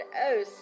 Oh